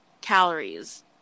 calories